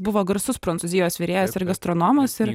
buvo garsus prancūzijos virėjas ir gastronomas ir